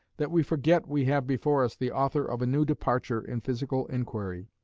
that we forget we have before us the author of a new departure in physical inquiry,